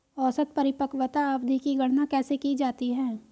औसत परिपक्वता अवधि की गणना कैसे की जाती है?